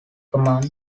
command